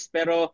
Pero